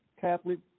Catholic